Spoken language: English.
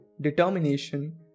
determination